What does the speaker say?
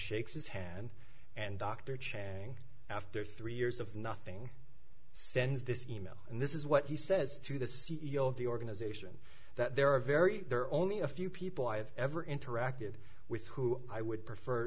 shakes his hand and dr chang after three years of nothing sends this e mail and this is what he says to the c e o of the organization that there are very there are only a few people i have ever interacted with who i would prefer